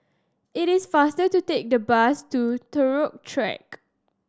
it is faster to take the bus to Turut Track